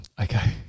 okay